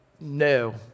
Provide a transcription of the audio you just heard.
no